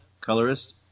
colorist